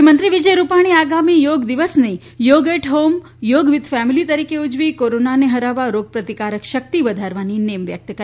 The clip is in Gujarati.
મુખ્યમંત્રી વિજય રૂપાણીએ આગામી યોગ દિવસને yoga at home yoga with family તરીકે ઉજવી કોરોનાને હરાવવા રોગ પ્રતિકારક શક્તિ વધારવાની નેમ વ્યક્ત કરી